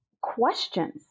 questions